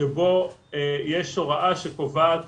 שבו יש הוראה שקובעת